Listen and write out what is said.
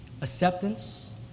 acceptance